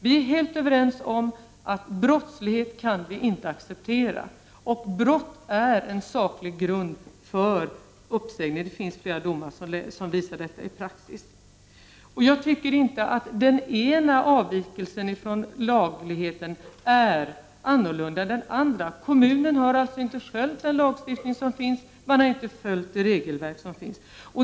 Vi är helt överens om att vi inte kan acceptera brottslighet. Brott är en saklig grund för uppsägning. Det finns flera domar som i praxis visar detta. Jag tycker inte att den ena avvikelsen från det lagliga är annorlunda än den andra. Kommunen har inte följt den lagstiftning som finns, och man har inte följt det regelverk som finns.